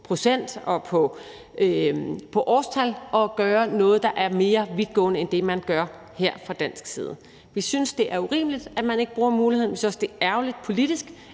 procent og årstal at gøre noget, der er mere vidtgående end det, man gør her fra dansk side. Vi synes, det er urimeligt, at man ikke bruger muligheden, og vi synes også, det er ærgerligt politisk,